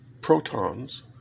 protons